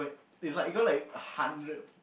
it's like it got like hundred